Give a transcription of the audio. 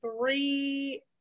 three